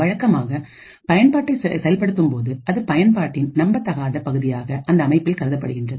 வழக்கமாக பயன்பாட்டை செயல்படுத்தும்போது அது பயன்பாட்டின் நம்பத்தகாத பகுதியாக அந்த அமைப்பில் கருதப்படுகின்றது